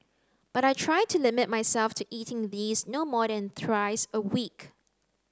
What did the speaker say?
but I try to limit myself to eating these no more than thrice a week